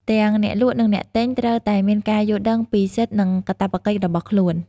ទាំងអ្នកលក់និងអ្នកទិញត្រូវតែមានការយល់ដឹងពីសិទ្ធិនិងកាតព្វកិច្ចរបស់ខ្លួន។